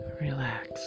Relax